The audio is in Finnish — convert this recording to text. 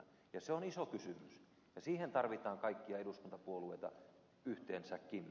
se on iso kysymys ja siihen tarvitaan kaikkia eduskuntapuolueita yhteensäkin